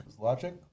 Logic